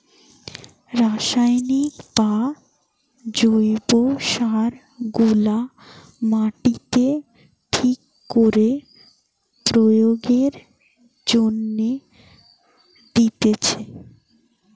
রাসায়নিক বা জৈব সার গুলা মাটিতে ঠিক করে প্রয়োগের জন্যে দিতেছে